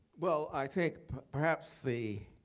well, i think perhaps the